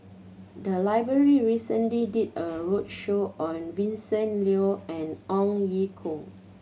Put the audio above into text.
the library recently did a roadshow on Vincent Leow and Ong Ye Kung